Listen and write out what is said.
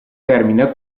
termina